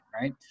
right